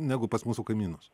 negu pas mūsų kaimynus